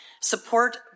support